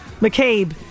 McCabe